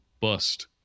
bust